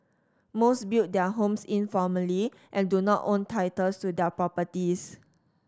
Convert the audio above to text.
most built their homes informally and do not own titles to their properties